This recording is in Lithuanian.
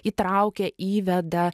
įtraukia įveda